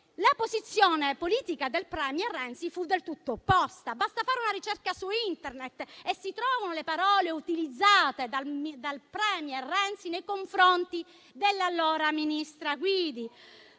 la posizione politica del *premier* Renzi fu del tutto opposta. Basta fare una ricerca su Internet e si trovano le parole utilizzate dal *premier* Renzi nei confronti dell'allora ministra Guidi.